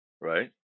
right